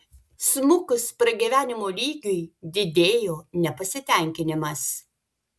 smukus pragyvenimo lygiui didėjo nepasitenkinimas